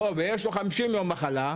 ויש לו 50 יום מחלה,